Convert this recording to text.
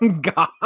god